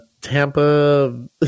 Tampa